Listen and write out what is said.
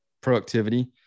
productivity